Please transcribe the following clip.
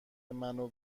منو